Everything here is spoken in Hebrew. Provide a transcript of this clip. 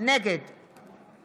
נגד